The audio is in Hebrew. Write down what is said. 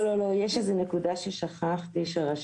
לא, לא, יש איזה נקודה ששכחתי שרשמתי.